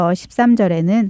13절에는